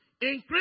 Increase